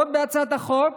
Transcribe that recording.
עוד בהצעת החוק: